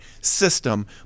system